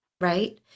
right